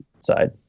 side